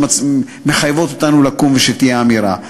שמחייבות אותנו לקום ושתהיה אמירה.